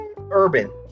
urban